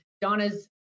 Donna's